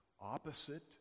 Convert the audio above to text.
opposite